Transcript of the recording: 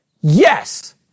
Yes